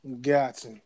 Gotcha